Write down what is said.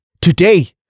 Today